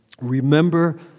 remember